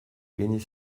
gagner